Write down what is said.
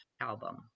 album